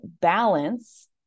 balance